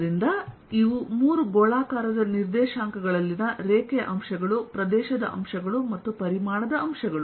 ಆದ್ದರಿಂದ ಇವು ಮೂರು ಗೋಳಾಕಾರದ ನಿರ್ದೇಶಾಂಕಗಳಲ್ಲಿನ ರೇಖೆಯ ಅಂಶಗಳು ಪ್ರದೇಶದ ಅಂಶಗಳು ಮತ್ತು ಪರಿಮಾಣದ ಅಂಶಗಳು